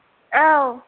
औ